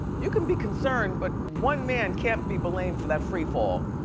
you can be concerned but one man can't be blamed for that free fall,